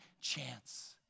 chance